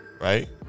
Right